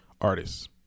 artists